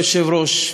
אדוני היושב-ראש,